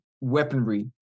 weaponry